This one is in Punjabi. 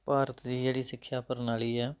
ਭਾਰਤ ਦੀ ਜਿਹੜੀ ਸਿੱਖਿਆ ਪ੍ਰਣਾਲੀ ਹੈ